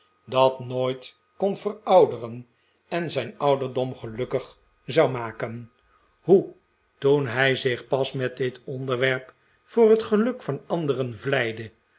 dat nooit kon verouderen en zijn ouderdom gelukkig zou maken hoe toen hij zich pas met dit ontwerp voor het geluk van anderen